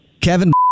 Kevin